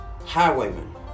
Highwaymen